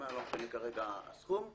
לא משנה כרגע הסכום,